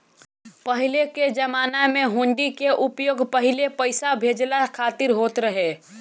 पहिले कअ जमाना में हुंडी कअ उपयोग पहिले पईसा भेजला खातिर होत रहे